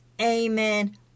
Amen